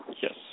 Yes